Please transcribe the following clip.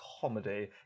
comedy